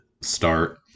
start